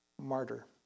Martyr